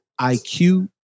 IQ